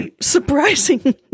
surprising